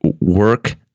work